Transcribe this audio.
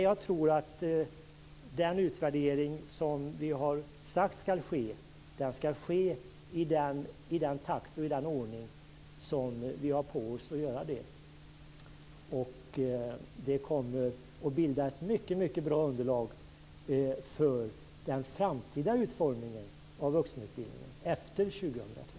Jag tror att den utvärdering som vi har sagt skall ske bör genomföras i den takt och i den ordning som har angivits. Den kommer att bilda ett mycket bra underlag för den utformningen av vuxenutbildningen efter år 2002.